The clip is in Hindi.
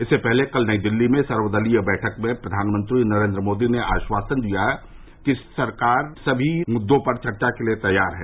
इससे पहले कल नई दिल्ली में सर्वदलीय बैठक में प्रधानमंत्री नरेन्द्र मोदी ने आश्वासन दिया कि सरकार सभी मुद्दों पर चर्चा के लिए तैयार है